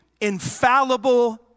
infallible